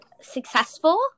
successful